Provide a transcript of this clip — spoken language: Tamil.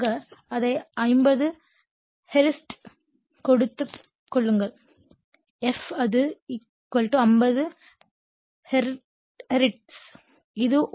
பொதுவாக அதை 50 ஹெர்ட்ஸ் எடுத்துக் கொள்ளுங்கள் f அது 50 ஹெர்ட்ஸ்